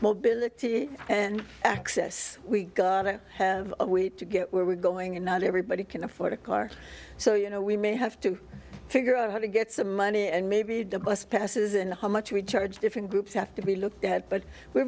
mobility and access we got a way to get where we're going and not everybody can afford a car so you know we may have to figure out how to get some money and maybe the bus passes and how much we charge different groups have to be looked at but we're